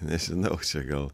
nežinau gal